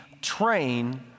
train